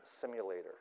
simulator